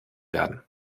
werden